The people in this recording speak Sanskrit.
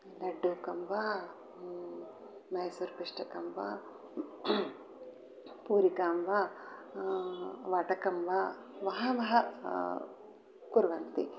लड्डुकं वा मैसूर्पिष्टकं वा पूरिकां वा वटकं वा बहवः कुर्वन्ति